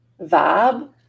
vibe